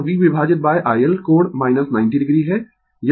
यह V विभाजित iL कोण 90 o है